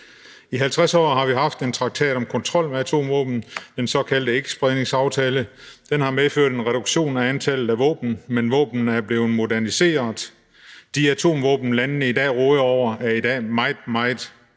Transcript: I 50 år har vi haft en traktat om kontrol med atomvåben, den såkaldte ikkespredningsaftale, og den har medført en reduktion i antallet af våben, men våbnene er blevet moderniseret. De atomvåben, landene i dag råder over, er meget, meget